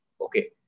okay